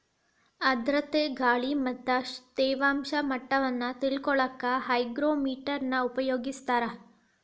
ಆರ್ಧ್ರತೆ ಗಾಳಿ ಮತ್ತ ತೇವಾಂಶ ಮಟ್ಟವನ್ನ ತಿಳಿಕೊಳ್ಳಕ್ಕ ಹೈಗ್ರೋಮೇಟರ್ ನ ಉಪಯೋಗಿಸ್ತಾರ